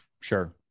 sure